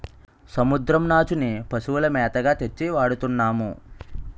సముద్రం నాచుని పశువుల మేతగా తెచ్చి వాడతన్నాము